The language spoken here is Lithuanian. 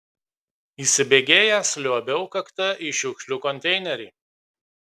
įsibėgėjęs liuobiau kakta į šiukšlių konteinerį